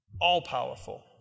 all-powerful